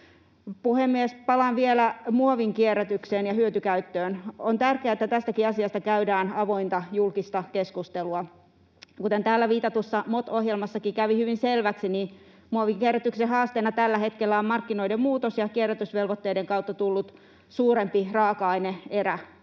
Palaan vielä muovin kierrätykseen ja hyötykäyttöön. On tärkeää, että tästäkin asiasta käydään avointa julkista keskustelua. Kuten täällä viitatussa MOT-ohjelmassakin kävi hyvin selväksi, niin muovin kierrätyksen haasteena tällä hetkellä on markkinoiden muutos ja kierrätysvelvoitteiden kautta tullut suurempi raaka-aineen